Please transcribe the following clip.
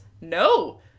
No